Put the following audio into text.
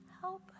help